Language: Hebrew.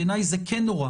בעיני כן נורא